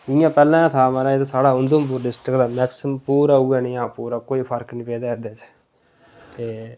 जियां पैह्ले था महाराज साढ़ा उधमपुर डिस्टक दा मैक्सीमम पूरा उ'यै जनेहा पूरा कोई फर्क नेईं पेदा ऐ एह्दे च ते